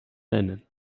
nennen